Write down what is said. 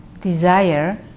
desire